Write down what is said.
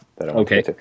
Okay